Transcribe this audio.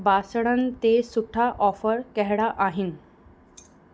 बासणनि ते सुठा ऑफर कहिड़ा आहिनि